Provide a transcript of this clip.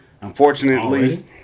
Unfortunately